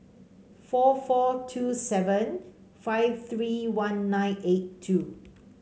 four four two seven five three one nine eight two